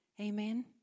Amen